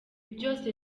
byose